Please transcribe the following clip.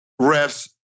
refs